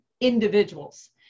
individuals